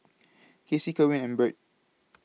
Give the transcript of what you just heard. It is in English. Cassie Kerwin and Birt